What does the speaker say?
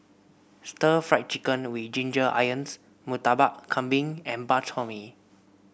Stir Fried Chicken with Ginger Onions Murtabak Kambing and Bak Chor Mee